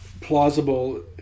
plausible